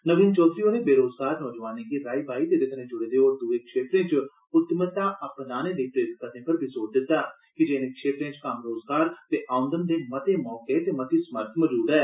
नवीन चैधरी होरे बेरोज़गार नौजवानें गी राई बाई ते एहदे कन्नै जुड़े दे होर दुए क्षेत्रे च उद्यमता अपनाने लेई प्रेरित करने पर बी ज़ोर दिता की जे इनें क्षेत्रें च कम्म रोज़गार ते औंदन दे मते मौके ते मती समर्थ मौजूद ऐ